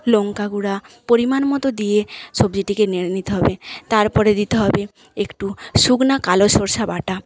লংকা গুঁড়া পরিমাণমতো দিয়ে সবজিটিকে নেড়ে নিতে হবে তারপরে দিতে হবে একটু শুকনা কালো সরষা বাটা